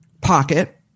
pocket